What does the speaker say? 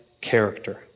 character